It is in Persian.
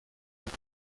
لباس